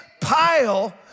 pile